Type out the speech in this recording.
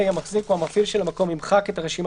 (ה) המחזיק או המפעיל של המקום ימחק את הרשימה